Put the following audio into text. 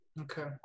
Okay